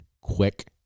quick